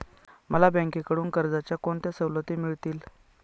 मला बँकेकडून कर्जाच्या कोणत्या सवलती मिळतील?